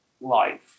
life